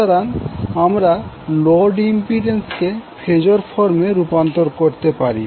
সুতরাং আমরা লোড ইম্পিড্যান্সকে ফেজর ফর্মে রূপান্তর করতে পারি